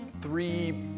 three